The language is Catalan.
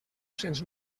cents